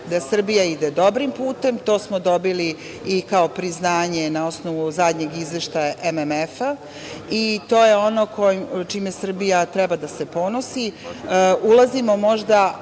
da Srbija ide dobrim putem. To smo dobili i kao priznanje na osnovu zadnjeg izveštaja MMF-a. To je ono čime Srbija treba da se ponosi. Ulazimo možda